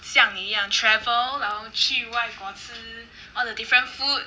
像你一样 travel 然后去外国吃 all the different food